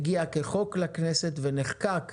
הגיע כהצעת חוק לכנסת ונחקק